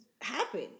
happen